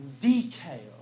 detail